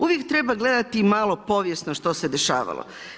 Uvijek treba gledati i malo povijesno što se dešavalo.